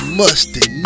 mustard